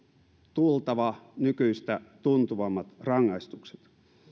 tultava nykyistä tuntuvammat rangaistukset